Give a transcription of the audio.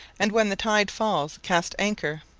and when the tide fails cast anchor,